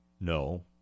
No